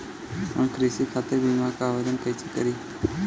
हम कृषि खातिर बीमा क आवेदन कइसे करि?